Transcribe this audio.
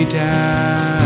down